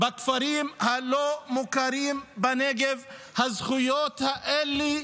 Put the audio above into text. בכפרים הלא-מוכרים בנגב הזכויות האלה,